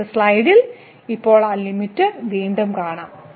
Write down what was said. അടുത്ത സ്ലൈഡിൽ ഇപ്പോൾ ആ ലിമിറ്റ് വീണ്ടും കാണും